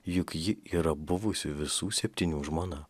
juk ji yra buvusi visų septynių žmona